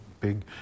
big